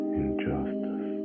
injustice